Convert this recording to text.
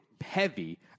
heavy